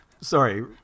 Sorry